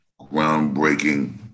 groundbreaking